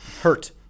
Hurt